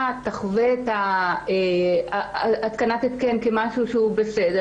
תחווה את התקנת ההתקן כמשהו שהוא בסדר,